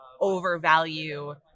overvalue